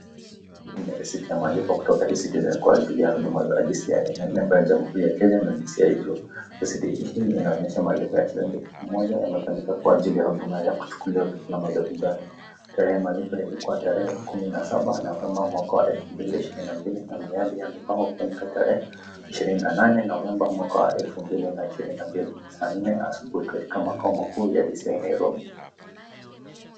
Hii ni risiti ya malipo kutoka e citizenkwa ajili ya malipo ya DCI. Ina nembo ya jamhuri ya Kenya na DCI juu. Risiti hii inaonyesha malipo ya shilingi elfu moja imefanyika kwa ajili ya huduma ya kuchukuliwa alama za vidole. Tarehe ya malipo ilikuwa tarehe 17, Novemba mwaka wa 2022 na miradi yamepangwa kufanyika tarehe 28, Novemba 2022 saa nne asubuhi katika makao makuu ya DCI Nairobi.